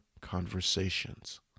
conversations